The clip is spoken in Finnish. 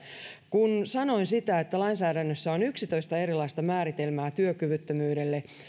kun sanoin että lainsäädännössä on yksitoista erilaista määritelmää työkyvyttömyydelle